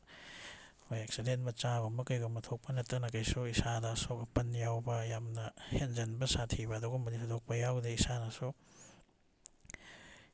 ꯍꯣꯏ ꯑꯦꯛꯁꯤꯗꯦꯟ ꯃꯆꯥꯒꯨꯝꯕ ꯀꯩꯒꯨꯝꯕ ꯊꯣꯛꯄ ꯅꯠꯇꯅ ꯀꯔꯤꯁꯨ ꯏꯁꯥꯗ ꯑꯁꯣꯛ ꯑꯄꯟ ꯌꯥꯎꯕ ꯌꯥꯝꯅ ꯍꯦꯟꯖꯤꯟꯕ ꯁꯥꯊꯤꯕ ꯑꯗꯨꯒꯨꯝꯕꯗꯤ ꯊꯣꯏꯗꯣꯛꯄ ꯌꯥꯎꯗꯦ ꯏꯁꯥꯗꯁꯨ